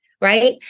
Right